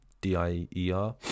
D-I-E-R